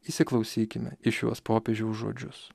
įsiklausykime į šiuos popiežiaus žodžius